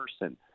person